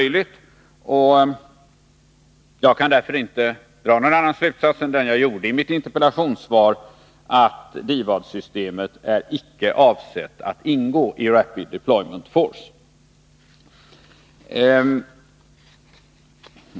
Jag kan därför inte dra någon annan slutsats än den jag drog i mitt interpellationssvar, att DIVAD-systemet icke är avsett att ingå i Rapid Deployment Force.